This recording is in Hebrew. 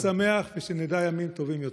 חג שמח, ושנדע ימים טובים יותר.